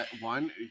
One